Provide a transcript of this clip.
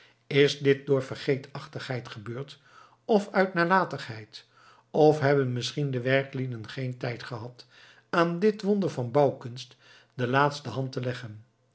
is dit door vergeetachtigheid gebeurd of uit nalatigheid of hebben misschien de werklieden geen tijd gehad aan dit wonder van bouwkunst de laatste hand te leggen